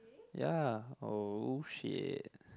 ya oh shit